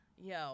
Yo